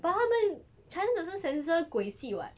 but 他们 china doesn't censor 鬼戏 [what]